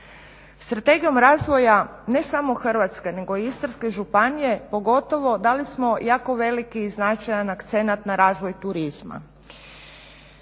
Strategijom razvoja ne samo Hrvatske nego i Istarske županije pogotovo da li smo jako veliki značajan akcenat na razvoj turizma,